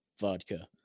vodka